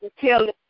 tell